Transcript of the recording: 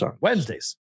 Wednesdays